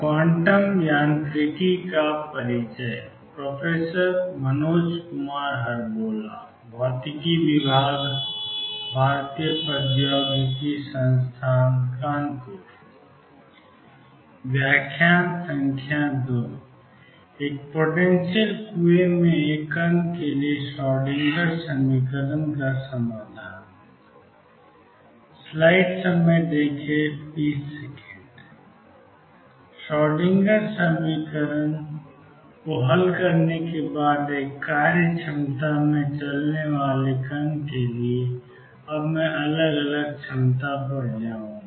Schrodinger समीकरण को हल करने के बाद एक कार्य क्षमता में चलने वाले कण के लिए अब मैं अलग अलग क्षमता पर जाऊंगा